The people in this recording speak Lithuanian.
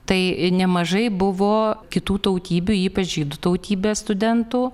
tai nemažai buvo kitų tautybių ypač žydų tautybės studentų